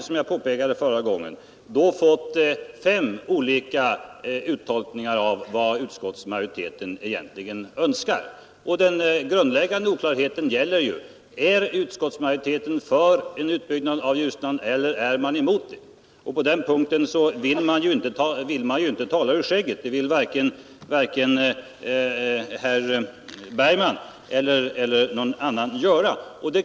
Som jag påpekade förra gången har vi här fått fem olika tolkningar av vad utskottsmajoriteten egentligen önskar. Den grundläggande frågan gäller: Är utskottsmajoriteten för en utbyggnad av Ljusnan eller är man emot en sådan utbyggnad? På den punkten vill utskottsmajoriteten inte tala ur skägget — det vill varken herr Bergman eller någon annan göra.